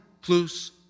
plus